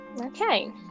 Okay